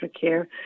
care